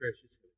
precious